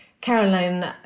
Caroline